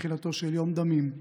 בתחילתו של יום דמים,